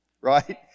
Right